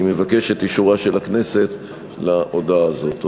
אני מבקש את אישורה של הכנסת להודעה הזאת.